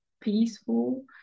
peaceful